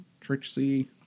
Trixie